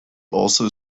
also